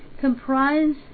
comprise